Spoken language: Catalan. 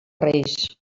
reis